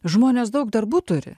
žmonės daug darbų turi